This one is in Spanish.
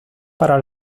para